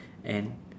and